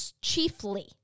chiefly